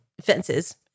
fences